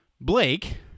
Blake